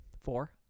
Four